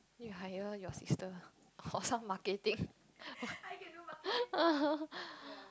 you hire your sister or some marketing